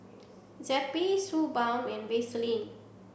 Zappy Suu Balm and Vaselin